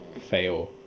fail